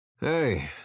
Hey